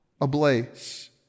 ablaze